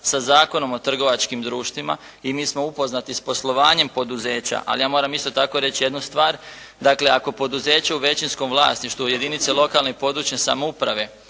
sa Zakonom o trgovačkim društvima i mi smo upoznati s poslovanjem poduzeća, ali ja moram isto tako reći jednu stvar. Dakle, ako poduzeće u većinskom vlasništvu jedinice lokalne i područne samouprave